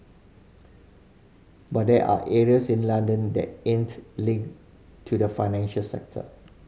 but there are areas in London that aren't linked to the financial sector